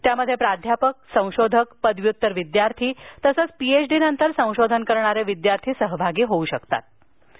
त्यात प्राध्यापक संशोधक पदव्युत्तर विद्यार्थी तसेच पीएचडीनंतर संशोधन करणारे विद्यार्थी सहभागी होऊ शकतील